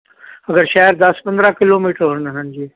ਅਗਰ ਸ਼ਹਿਰ ਦਸ ਪੰਦਰ੍ਹਾਂ ਕਿਲੋਮੀਟਰ ਹਾਂਜੀ